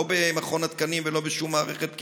לא במכון התקנים ולא בשום מערכת פקידותית.